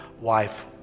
wife